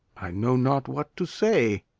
i know not what to say.